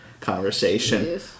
conversation